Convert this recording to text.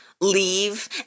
leave